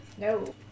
No